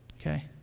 okay